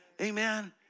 Amen